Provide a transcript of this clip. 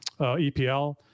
EPL